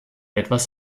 etwas